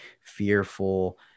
fearful